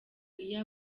iyo